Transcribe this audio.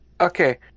okay